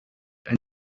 and